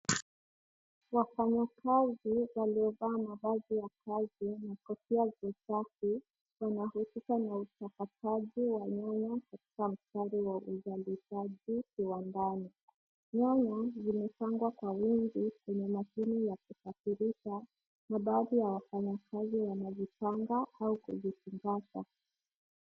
Wafanyakazi waliovaa mavazi ya kazi, kofia za kazi wanaohusika na utafutaji wa nyaya kwa ajili ya uzalishaji kiwandani. Nyaya zimepangwa kwa wingi kwenye mashine ya kuathirika na baadhi ya wafanyakazi kwenye kibanda au kuzifungata.